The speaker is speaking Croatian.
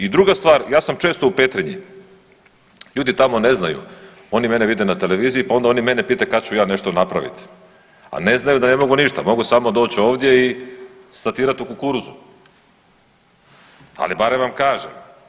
I druga stvar ja sam često u Petrinji, ljudi tamo ne znaju, oni mene vide na televiziji pa onda oni mene pitaju kad ću ja nešto napraviti, a ne znaju da ne mogu nište, mogu samo doći ovdje i statirati u kukuruzu, ali barem vam kažem.